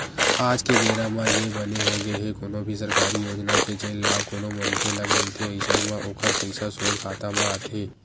आज के बेरा म ये बने होगे हे कोनो भी सरकारी योजना के जेन लाभ कोनो मनखे ल मिलथे अइसन म ओखर पइसा सोझ खाता म आथे